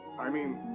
i mean.